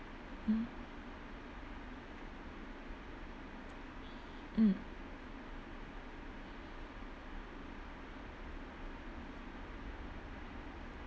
mm mm